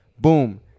Boom